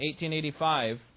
1885